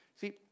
See